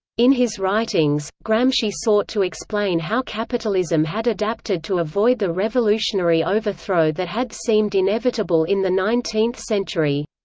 in his writings, gramsci sought to explain how capitalism had adapted to avoid the revolutionary overthrow that had seemed inevitable in the nineteenth century.